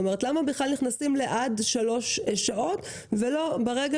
למה בכלל נכנסים לעד שלוש שעות ולא ברגע